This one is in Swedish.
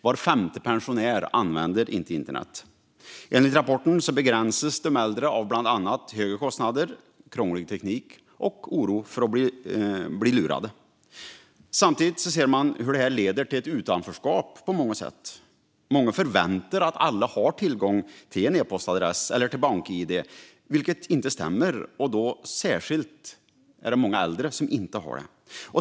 Var femte pensionär använder inte internet. Enligt rapporten begränsas de äldre bland annat av höga kostnader, krånglig teknik och en oro för att bli lurade. Samtidigt ser man hur detta leder till ett utanförskap på många sätt. Många väntar sig att alla har tillgång till en e-postadress eller ett bank-id i dag, vilket inte stämmer. Särskilt är det många äldre som inte har det.